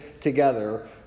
together